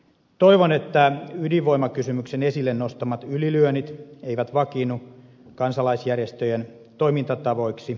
toivon että ydinvoimakysymyksen esille nostamat ylilyönnit eivät vakiinnu kansalaisjärjestöjen toimintatavoiksi